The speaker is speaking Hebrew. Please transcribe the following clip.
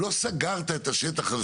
לא סגרת את השטח הזה,